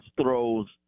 throws –